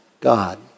God